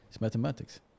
mathematics